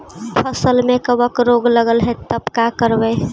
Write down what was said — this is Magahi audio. फसल में कबक रोग लगल है तब का करबै